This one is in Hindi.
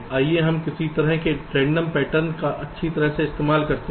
आइए हम किसी तरह के रैंडम पैटर्न का अच्छी तरह से इस्तेमाल करते हैं